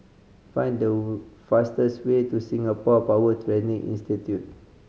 find the fastest way to Singapore Power Training Institute